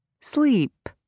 Sleep